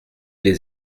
les